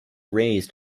raised